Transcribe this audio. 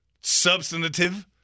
Substantive